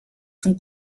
son